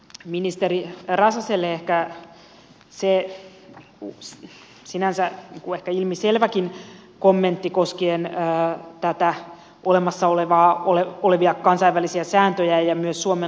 ministeri räsäselle sinänsä ehkä ilmiselväkin kommentti koskien näitä olemassa olevia kansainvälisiä sääntöjä ja myös suomen lainsäädäntöä